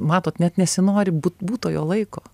matot net nesinori būt būtojo laiko